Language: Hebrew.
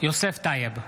יוסף טייב,